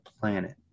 planet